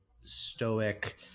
stoic